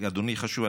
זה חשוב,